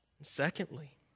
Secondly